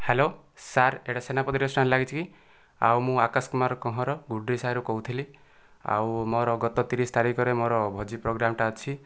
hello sir ଏଇଟା Senapati restaurant ଲାଗିଛି କି ଆଉ ମୁଁ ଆକାଶ କୁମାର କହଁର ଗୁଡ଼୍ରି ସାହିରୁ କହୁଥିଲି ଆଉ ମୋର ଗତ ତିରିଶ ତାରିଖରେ ମୋର ଭୋଜି ପ୍ରୋଗ୍ରାମଟା ଅଛି